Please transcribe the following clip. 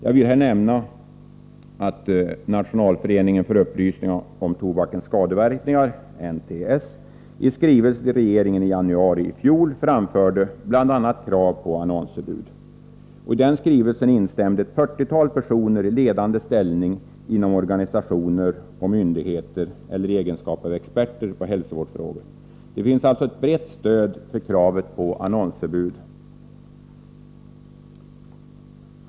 Jag vill även nämna att NTS i skrivelse till regeringen i januari i fjol framförde krav på bl.a. annonsförbud. I den skrivelsen instämde ett fyrtiotal personer i ledande ställning inom organisationer och myndigheter, eller i egenskap av experter på hälsovårdsfrågor. Det finns alltså ett brett stöd för kravet på annonsförbud.